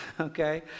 Okay